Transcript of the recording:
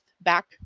back